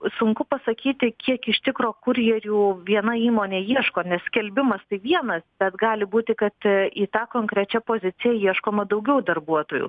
sunku pasakyti kiek iš tikro kurjerių viena įmonė ieško nes skelbimas tai vienas bet gali būti kad į tą konkrečią poziciją ieškoma daugiau darbuotojų